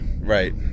Right